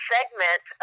segment